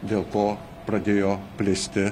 dėl ko pradėjo plisti